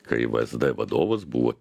kai vsd vadovas buvo